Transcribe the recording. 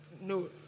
no